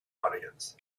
audience